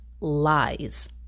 Lies